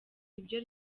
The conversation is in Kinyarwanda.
ibyo